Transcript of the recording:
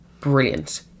brilliant